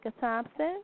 Thompson